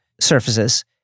surfaces